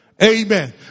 Amen